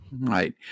Right